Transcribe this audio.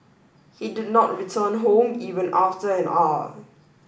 he did not return home even after an hour